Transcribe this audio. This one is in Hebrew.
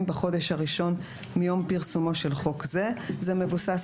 בחודש הראשון מיום פרסומו של חוק זה;" זה מבוסס,